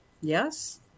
Yes